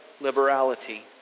liberality